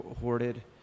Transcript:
hoarded